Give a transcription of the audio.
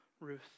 Ruth